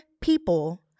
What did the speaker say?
people